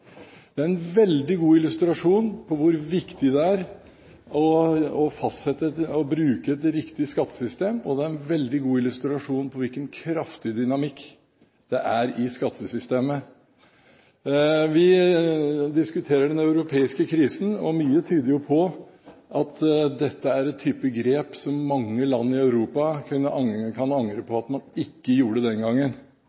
Det er en veldig god illustrasjon på hvor viktig det er å bruke et riktig skattesystem, og det er en veldig god illustrasjon på hvilken kraftig dynamikk det er i skattesystemet. Vi diskuterer den europeiske krisen, og mye tyder på at dette er en type grep som mange land i Europa kan angre på